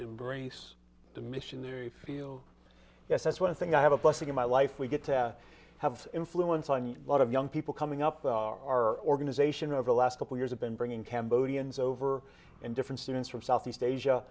embrace the missionary field yes that's one thing i have a blessing in my life we get to have influence i mean a lot of young people coming up our organization over the last couple years have been bringing cambodians over and different students from southeast asia